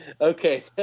okay